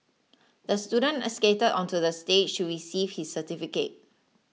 the student skated onto the stage to receive his certificate